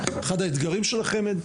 אחד האתגרים של החמ"ד.